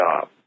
job